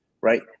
right